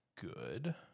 good